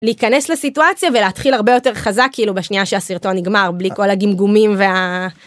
להיכנס לסיטואציה ולהתחיל הרבה יותר חזק כאילו בשנייה שהסרטון נגמר בלי כל הגמגומים וה...